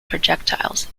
projectiles